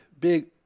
big